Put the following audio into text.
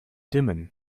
dimmen